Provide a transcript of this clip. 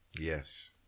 Yes